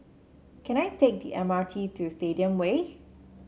can I take the M R T to Stadium Way